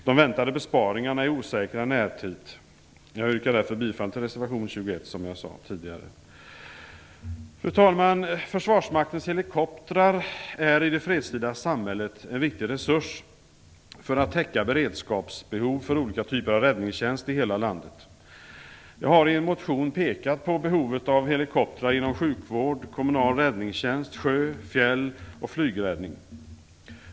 De väntade besparingarna är osäkra i närtid. Jag yrkar därför bifall till reservation 21, som jag sade tidigare. Fru talman! Försvarsmaktens helikoptrar är en viktig resurs i det fredstida samhället för att täcka beredskapsbehov för olika typer av räddningstjänst i hela landet. Jag har i en motion pekat på behovet av helikoptrar inom sjukvård, kommunal räddningstjänst, sjö-, fjäll och flygräddning.